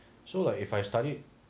so like if I studied